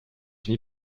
fini